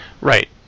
Right